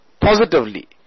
positively